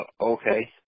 Okay